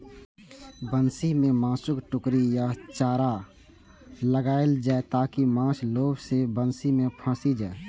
बंसी मे मासुक टुकड़ी या चारा लगाएल जाइ, ताकि माछ लोभ मे बंसी मे फंसि जाए